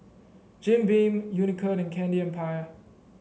Jim Beam Unicurd and Candy Empire